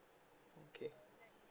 okay